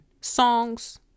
songs